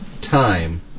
time